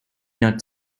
not